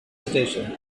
station